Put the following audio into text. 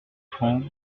francs